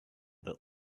that